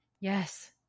Yes